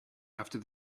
after